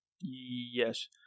Yes